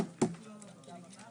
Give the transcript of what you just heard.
הישיבה ננעלה בשעה 11:42.